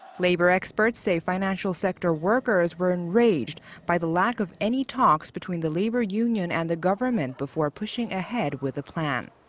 labor experts say financial sector workers were enraged by the lack of any talks between the labor union and the government before pushing ahead with the plan.